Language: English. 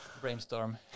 brainstorm